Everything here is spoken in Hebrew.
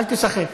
אל תיסחף.